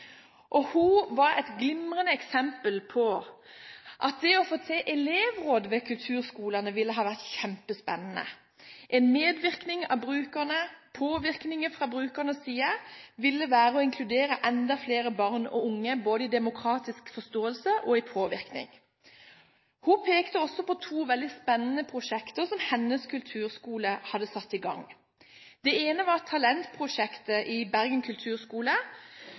og hun var et glimrende eksempel på at det å få til elevråd ved kulturskolene, ville ha vært kjempespennende. En medvirkning av brukerne, påvirkning fra brukernes side, ville være å inkludere enda flere barn og unge, både i demokratisk forståelse og i påvirkning. Hun pekte også på to veldig spennende prosjekter som hennes kulturskole hadde satt i gang. Det ene var talentprosjektet i Bergen kulturskole,